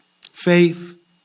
Faith